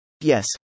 Yes